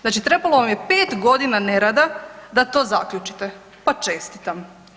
Znači trebalo vam je 5.g. nerada da to zaključite, pa čestitam.